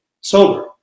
sober